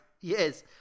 Yes